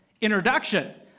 introduction